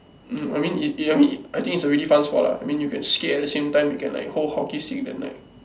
mm I mean it I think is a really fun sport lah I mean you can skate at the same time you can like hold hockey stick then like